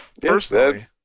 Personally